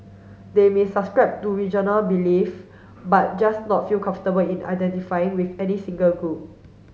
they may subscribe to belief but just not feel comfortable in identifying with any single group